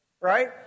right